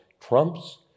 Trump's